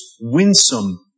winsome